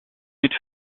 mit